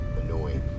annoying